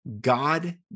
God